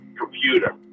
computer